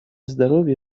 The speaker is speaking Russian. здоровья